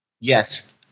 Yes